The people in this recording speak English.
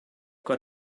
got